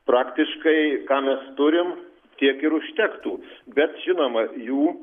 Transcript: praktiškai ką mes turim tiek ir užtektų bet žinoma jų